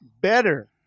better